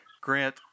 Grant